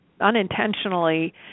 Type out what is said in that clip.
unintentionally